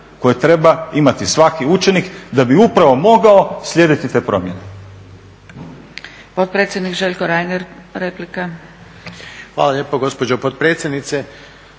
koje treba imati svaki učenik da bi upravo mogao slijediti te promjene.